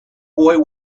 boy